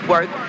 Work